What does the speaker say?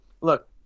look